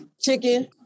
Chicken